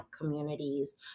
communities